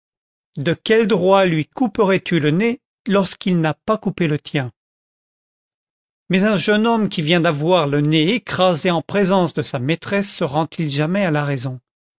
de quel droit lui couperais tu le nez lorsqu'il n'a pas coupé le tien mais un jeune homme qui vient d'avoir le nez écrasé en présence de sa maîtresse se rend-il jamais à la raison